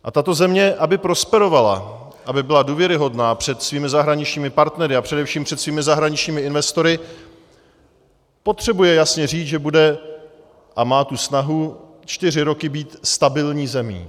A tato země, aby prosperovala, aby byla důvěryhodná před svými zahraničními partnery a především před svými zahraničními investory, potřebuje jasně říct, že bude a má tu snahu čtyři roky být stabilní zemí.